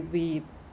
zi gai boh zhong